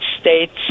states